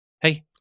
hey